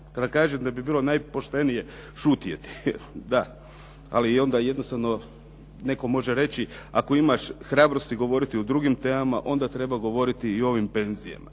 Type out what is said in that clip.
Kada kažem da bi bilo najpoštenije šutjeti, da, ali onda jednostavno netko može reći, ako imaš hrabrosti govoriti o drugim temama, onda treba govoriti i o ovim penzijama.